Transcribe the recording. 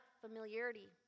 familiarity